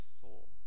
soul